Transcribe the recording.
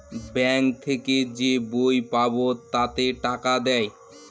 bank থেকে যে বই পাবো তাতে টাকা দেয়